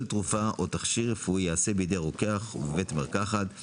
תרופה או תכשיר רפואי יעשה בידי רוקח ובבית מרקחת.